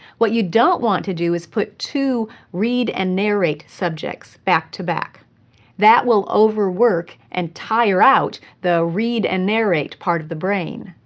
what you don't want to do is put two read-and-narrate subjects back to back that will overwork and tire out the read-and-narrate part of the brain.